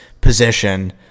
position